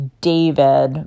David